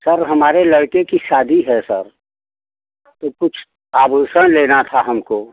sir हमारे लड़के की शादी है सर तो कुछ आभूषण लेना था हमको